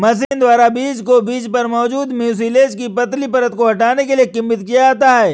machine द्वारा बीज को बीज पर मौजूद म्यूसिलेज की पतली परत को हटाने के लिए किण्वित किया जाता है